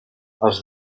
els